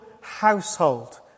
household